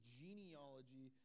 genealogy